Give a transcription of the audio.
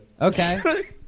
Okay